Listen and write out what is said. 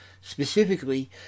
Specifically